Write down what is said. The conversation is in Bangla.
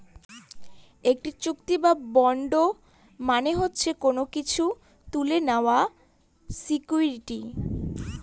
একটি চুক্তি বা বন্ড মানে হচ্ছে কোনো কিছু তুলে নেওয়ার সিকুইরিটি